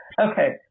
Okay